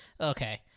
okay